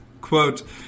quote